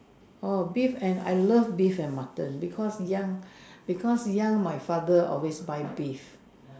oh beef and I love beef and Mutton because young because young my father always buy beef